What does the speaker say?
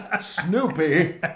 snoopy